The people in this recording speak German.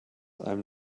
einem